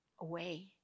away